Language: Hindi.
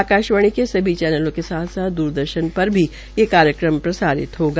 आकाशवाणी के सभी चैनलों के साथ साथ दूरदर्शन पर भी ये कार्यक्रम प्रसारित किया जायेगा